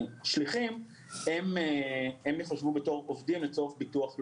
שליחים ייחשבו לעובדים לצורך ביטוח לאומי.